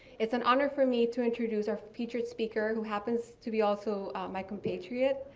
it's an honor for me to introduce our featured speaker, who happens to be also my compatriot,